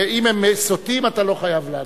אם הם סוטים אתה לא חייב לענות.